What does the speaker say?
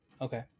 okay